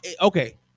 okay